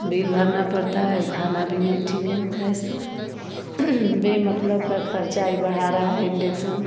bill भरना पड़ता है और खाना भी नहीं ठीक बनता है इसपर बेमतलब का खर्च ही बढ़ा रहा है इण्डक्शन